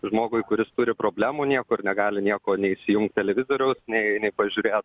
žmogui kuris turi problemų niekur negali nieko nei įsijungt televizoriaus nei nei nepažiūrėt